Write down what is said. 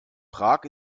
prag